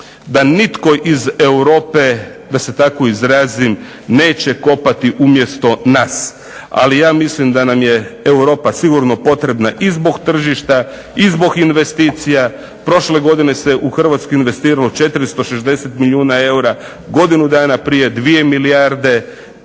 da nitko iz Europe da se tako izrazim neće kopati umjesto nas ali ja mislim da nam je Europa sigurno potrebna i zbog tržišta i zbog investicija. Prošle godine se u Hrvatsku investiralo 460 milijuna eura, godinu dana prije 2 milijarde